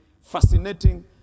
fascinating